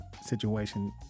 situation